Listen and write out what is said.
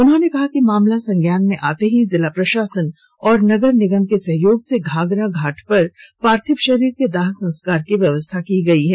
उन्होंने कहा कि मामला संज्ञान में आते ही जिला प्रशासन और नगर निगम के सहयोग से घाधरा घाट पर पार्थिव शरीर के दाह संस्कार की व्यवस्था की गई है